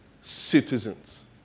citizens